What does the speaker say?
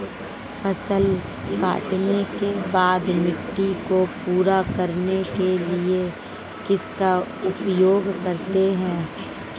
फसल काटने के बाद मिट्टी को पूरा करने के लिए किसका उपयोग करते हैं?